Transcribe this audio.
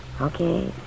Okay